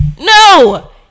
No